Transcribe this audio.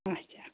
اَچھا